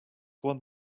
one